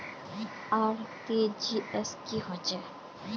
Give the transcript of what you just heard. RTGS की होचए?